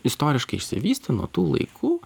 istoriškai išsivystė nuo tų laikų